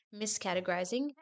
miscategorizing